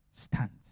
stands